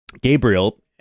Gabriel